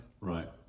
Right